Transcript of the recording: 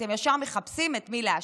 אתם ישר מחפשים את מי להאשים.